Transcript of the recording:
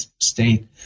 state